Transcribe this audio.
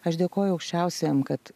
aš dėkoju aukščiausiajam kad